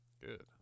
Good